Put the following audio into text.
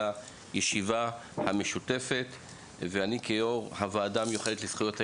הישיבה המשותפת ואני כיו"ר הוועדה המיוחדת לזכויות הילד,